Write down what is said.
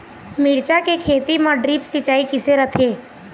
मिरचा के खेती म ड्रिप सिचाई किसे रथे?